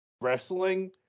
wrestling